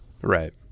right